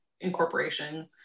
incorporation